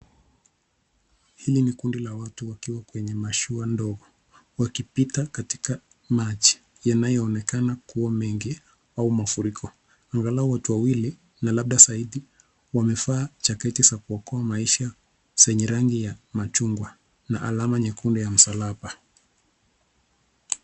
Hili ni kundi la watu wakiwa kwenye mashua ndogo wakipita katika maji yanayoonekana kuwa mengi au mafuriko. Angalau watu wawili na labda zaidi wamevaa jaketi za kuokoa maisha zenye rangi ya machungwa na alama nyekundu ya msalaba.